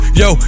yo